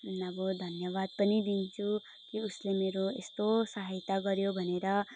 अब धन्यवाद पनि दिन्छु कि उसले मेरो यस्तो सहायता गऱ्यो भनेर